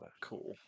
cool